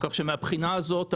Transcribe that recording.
כך שמהבחינה הזאת,